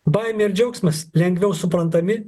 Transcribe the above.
baimė ir džiaugsmas lengviau suprantami